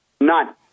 None